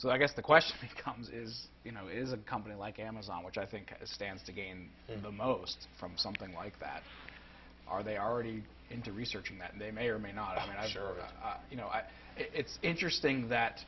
so i guess the question becomes is you know is a company like amazon which i think stands to gain in the most from something like that are they already into researching that and they may or may not i'm sure you know i it's interesting that